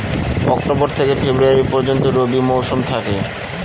October থেকে February পর্যন্ত রবি মৌসুম থাকে